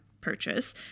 purchase